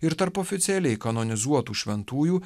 ir tarp oficialiai kanonizuotų šventųjų